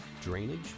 drainage